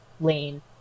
lane